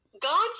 God